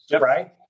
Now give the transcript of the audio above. right